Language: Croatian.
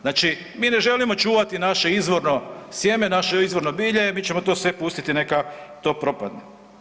Znači mi ne želimo čuvati naše izvorno sjeme, naše izvorno bilje, mi ćemo to sve pustiti neka to propadne.